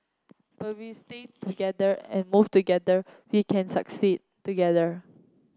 but we stay together and move together we can succeed together